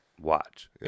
Watch